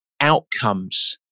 outcomes